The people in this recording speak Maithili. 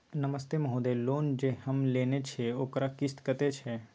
नमस्ते महोदय, लोन जे हम लेने छिये ओकर किस्त कत्ते छै?